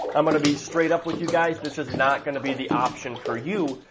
i'm gonna be straight up with you guys this is not gonna be the option for you.